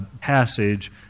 passage